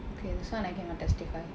okay this [one] I cannot testify